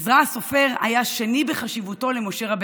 עזרא הסופר היה שני בחשיבותו למשה.